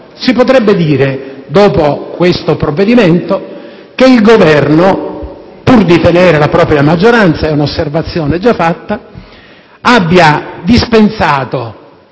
Si potrebbe dire, dopo questo provvedimento, che il Governo, pur di tenere la propria maggioranza - è un'osservazione già fatta - abbia dispensato